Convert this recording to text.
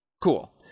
cool